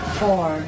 four